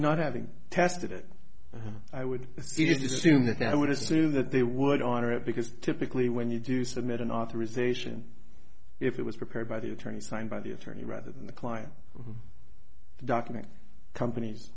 not having tested it i would assume that i would assume that they would on it because typically when you do submit an authorization if it was prepared by the attorney signed by the attorney rather than the client the document companies